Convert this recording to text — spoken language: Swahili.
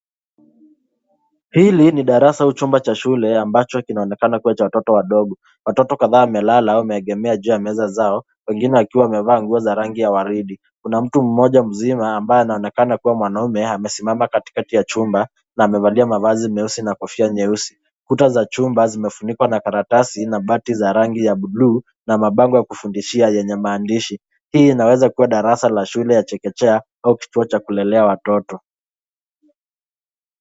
Hili ni darasa au chumba cha shule ambacho kinaonekana kuwa cha watoto wadogo, watoto kadhaa wamelala wameegemea juu ya meza zao wengine wakiwa wamevaa nguo za rangi ya waridi ,kuna mtu mmoja mzima ambaye anaonekana kuwa mwanaume amesimama katikati ya chumba na amevalia mavazi meusi na kofia nyeusi ,kuta za chumba zimefunikwa na karatasi na bati za rangi ya buluu na mabango ya kufundishia yenye maandishi hii inaweza kuwa darasa la shule ya chekechea au kituo cha kulelea watoto.